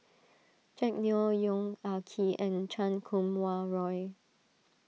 Jack Neo Yong Ah Kee and Chan Kum Wah Roy